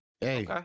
hey